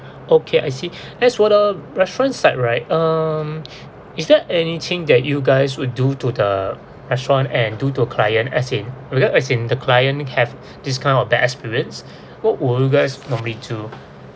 okay I see as for the restaurant side right um is there anything that you guys would do to the restaurant and do to a client as in because as in the client have this kind of bad experience what will you guys normally do